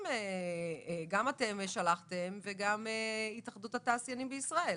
אתם שלחתם וגם התאחדות התעשיינים בישראל.